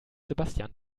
sebastian